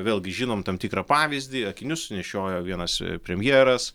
vėlgi žinom tam tikrą pavyzdį akinius nešiojo vienas premjeras